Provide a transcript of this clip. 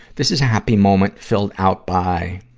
this is a happy moment filled out by,